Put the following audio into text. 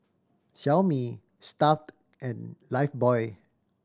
Xiaomi Stuff'd and Lifebuoy